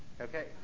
okay